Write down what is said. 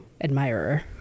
admirer